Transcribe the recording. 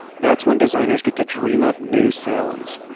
that's when designers get to dream up new sounds,